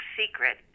secret